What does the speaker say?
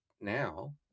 now